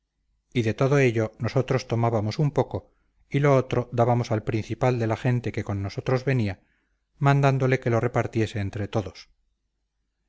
y de todo ello nosotros tomábamos un poco y lo otro dábamos al principal de la gente que con nosotros venía mandándole que lo repartiese entre todos